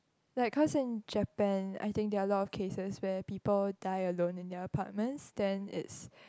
like cause in Japan I think there are a lot of cases where people die alone in their apartments then its